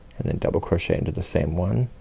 and then double crochet into the same one.